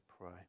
pray